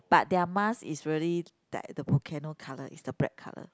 but their mask is really that the volcano colour is the black colour